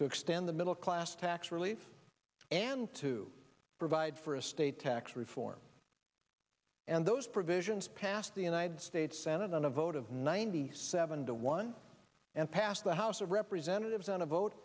to extend the middle class tax relief and to provide for a state tax reform and those provisions passed the united states senate on a vote of ninety seven to one and passed the house of representatives on a